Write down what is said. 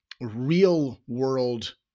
real-world